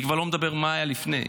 אני כבר לא מדבר מה שהיה לפני,